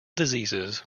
diseases